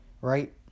right